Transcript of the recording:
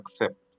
accept